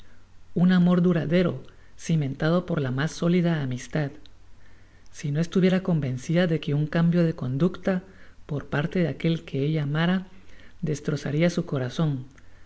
un amor duradero cimentado por la mas sólida amistad si no estuviera convencida de que un cambio de conducta por parte de aquel que ella amara destrozaria su corazon